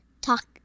talk